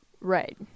right